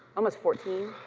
almost fourteen?